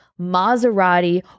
Maserati